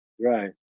Right